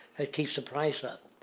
that keeps the price up.